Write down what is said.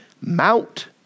Mount